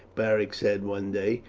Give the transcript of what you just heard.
beric said one day.